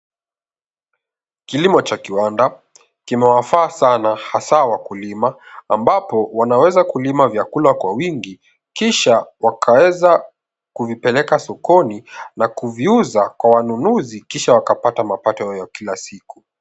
Kilimo cha kiwanda kimewafaa sana hasa wakulima ambapo wanaweza kulima vyakula kwa wingi kisha wakaweza kuvipeleka sokoni na kuviuza kwa wanunuzi kisha wakapata mapato yao ya kila siku.